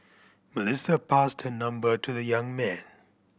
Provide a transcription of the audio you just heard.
Melissa passed her number to the young man